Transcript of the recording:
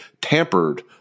tampered